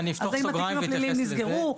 אז האם התיקים הפליליים נסגרו,